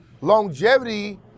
longevity